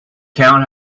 town